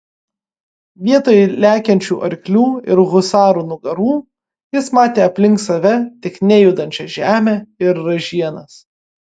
vietoj lekiančių arklių ir husarų nugarų jis matė aplink save tik nejudančią žemę ir ražienas